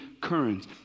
currents